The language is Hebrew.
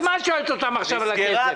אז מה את שואלת אותם עכשיו על הכסף?